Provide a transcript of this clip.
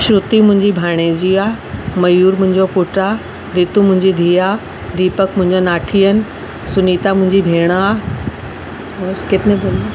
श्रुति मुंहिंजी भाणेजी आ मयूर मुंहिंजो पुटु आहे रितु मुंहिंजी धीउ आहे दीपक मुंहिंजो नाठी आहिनि सुनीता मुंहिंजी भेणु आहे और कितने बोलने है